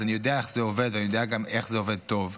אז אני יודע איך זה עובד ואני יודע גם איך זה עובד טוב.